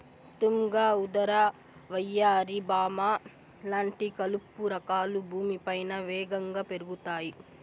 తుంగ, ఉదర, వయ్యారి భామ లాంటి కలుపు రకాలు భూమిపైన వేగంగా పెరుగుతాయి